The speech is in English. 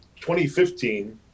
2015